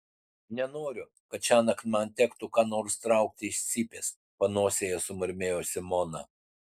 nenoriu kad šiąnakt man tektų ką nors traukti iš cypės panosėje sumurmėjo simona